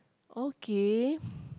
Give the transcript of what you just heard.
okay